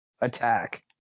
attack